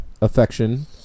affection